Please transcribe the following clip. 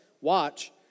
watch